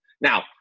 Now